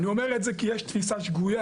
אני אומר את זה כי יש תפיסה שגויה,